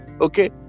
Okay